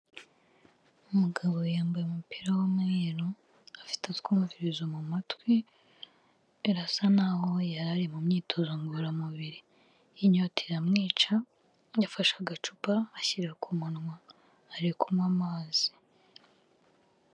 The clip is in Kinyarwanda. Umugabo yambaye umupira w'umweru afite utwumvirizo mu matwi birasa n'aho yara ari mu myitozo ngororamubiri, inyota iramwica yafashe agacupa ashyira ku munwa ari kunywa amazi.